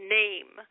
name